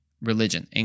religion